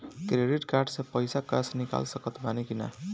Credit card से पईसा cash निकाल सकत बानी की ना?